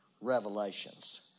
Revelations